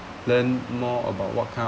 learn more about what kind